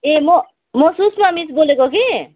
ए म म सुषमा मिस बोलेको कि